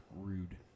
rude